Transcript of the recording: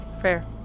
fair